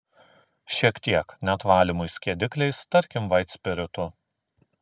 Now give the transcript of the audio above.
šiek tiek net valymui skiedikliais tarkim vaitspiritu